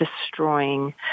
destroying